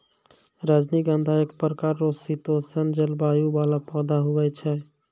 रजनीगंधा एक प्रकार रो शीतोष्ण जलवायु वाला पौधा हुवै छै